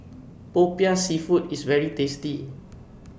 Popiah Seafood IS very tasty